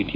T